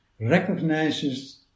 recognizes